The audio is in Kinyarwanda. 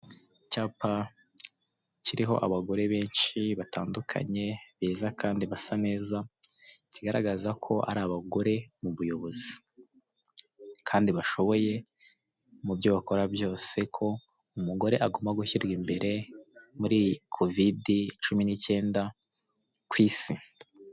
Icyapa kiriho abagore benshi batandukanye beza kandi basa neza kigaragaza ko ari abagore mu buyobozi, kandi bashoboye mubyo bakora byose ko umugore agomba gushirwa imbere mu iyi Covid cumi n'icyenda ku isi.